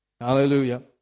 Hallelujah